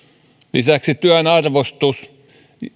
lisäksi työn arvostus